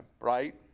Right